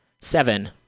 Seven